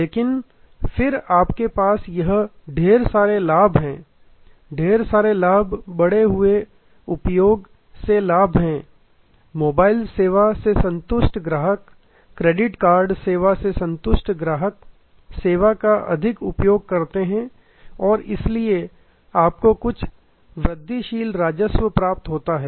लेकिन फिर आपके पास यह ढेर सारे लाभ हैं ढेर सारे लाभ बढ़े हुए उपयोग से लाभ है मोबाइल सेवा से संतुष्ट ग्राहक क्रेडिट कार्ड सेवा से संतुष्ट ग्राहक सेवा का अधिक उपयोग करते हैं और इसलिए आपको कुछ वृद्धिशील राजस्व प्राप्त होता है